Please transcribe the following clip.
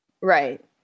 right